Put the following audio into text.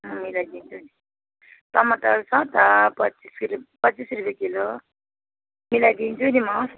म मिलाइदिन्छु नि टमाटर छ त पच्चिस किलो पच्चिस रुपियाँ किलो मिलाइदिन्छु नि म